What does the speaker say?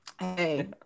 Hey